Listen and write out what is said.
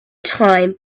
time